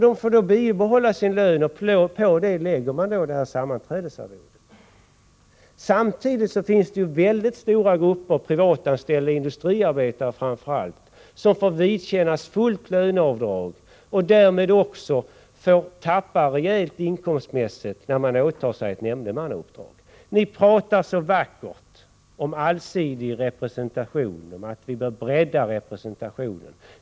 De får då bibehålla sin lön, och på det lägger man då sammanträdesarvodet. Samtidigt finns det mycket stora grupper, privatanställda industriarbetare framför allt, som får vidkännas fullt löneavdrag och därmed också tappar rejält inkomstmässigt när de åtar sig ett nämndemannauppdrag. Ni talar så vackert om allsidig representation, om att vi bör bredda representationen.